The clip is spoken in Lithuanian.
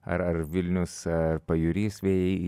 ar ar vilnius ar pajūrys vėjai